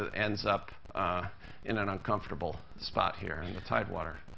ah ends up in an uncomfortable spot here and in the tidewater.